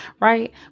Right